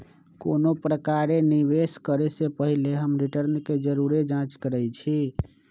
कोनो प्रकारे निवेश करे से पहिले हम रिटर्न के जरुरे जाँच करइछि